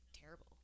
terrible